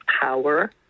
power